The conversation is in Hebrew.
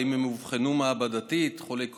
האם הם אובחנו מעבדתית כחולי קורונה?